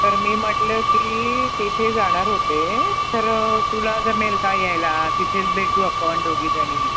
तर मी म्हटलं की तिथे जाणार होते तरं तुला जमेल काय यायला तिथेच भेटू आपण दोघीजणी